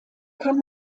kann